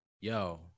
Yo